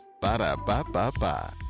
Ba-da-ba-ba-ba